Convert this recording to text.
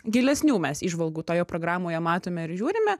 gilesnių mes įžvalgų toje programoje matome ir įžiūrime